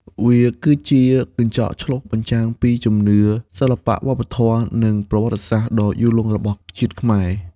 វាគឺជា កញ្ចក់ឆ្លុះបញ្ចាំងពីជំនឿ សិល្បៈ វប្បធម៌ និងប្រវត្តិសាស្ត្រ ដ៏យូរលង់របស់ជាតិខ្មែរ។